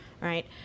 right